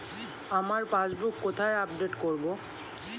আমার পাসবুক কোথায় আপডেট করব?